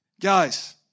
Guys